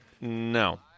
No